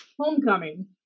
Homecoming